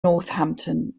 northampton